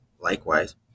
likewise